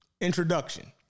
Introduction